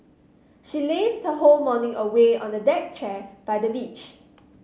she lazed her whole morning away on a deck chair by the beach